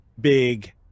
Big